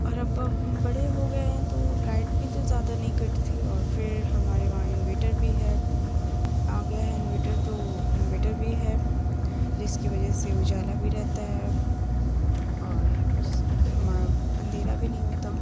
اور اب ہم بڑے ہو گئے ہیں تو لائٹ بھی تو زیادہ نہیں کٹتی اور پھر ہمارے وہاں انویٹر بھی ہے آ گیا ہے انویٹر تو انویٹر بھی ہے جس کی وجہ سے اجالا بھی رہتا ہے اور ہمیں اندھیرا بھی نہیں ہوتا